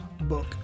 book